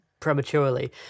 prematurely